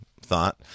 thought